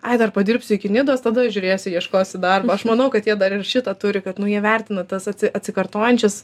ai dar padirbsiu iki nidos tada žiūrėsiu ieškosiu darbo aš manau kad jie dar ir šitą turi kad nu jie vertina tas atsi atsikartojančias